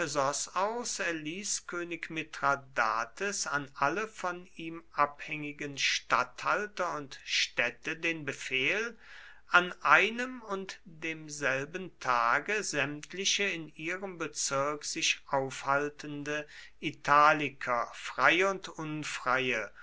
aus erließ könig mithradates an alle von ihm abhängigen statthalter und städte den befehl an einem und demselben tage sämtliche in ihrem bezirk sich aufhaltende italiker freie und unfreie